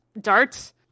darts